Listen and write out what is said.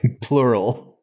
plural –